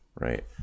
right